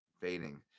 fading